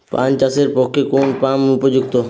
পান চাষের পক্ষে কোন পাম্প উপযুক্ত?